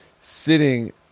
sitting